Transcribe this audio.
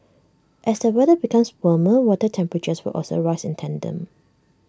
as the weather becomes warmer water temperatures will also rise in tandem